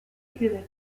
exact